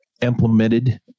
implemented